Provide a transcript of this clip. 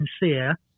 sincere